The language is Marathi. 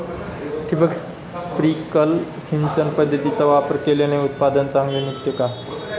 ठिबक, स्प्रिंकल सिंचन पद्धतीचा वापर केल्याने उत्पादन चांगले निघते का?